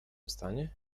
stanie